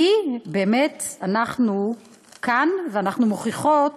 כי באמת אנחנו כאן, ואנחנו מוכיחות